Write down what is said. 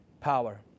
power